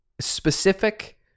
specific